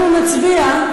אנחנו נצביע.